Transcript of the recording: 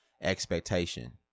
expectation